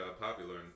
popular